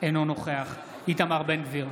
אינו נוכח איתמר בן גביר,